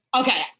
okay